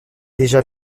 déjà